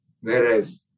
Whereas